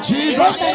Jesus